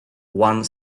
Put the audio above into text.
one